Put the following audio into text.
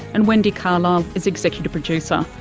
and wendy carlisle is executive producer.